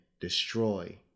destroy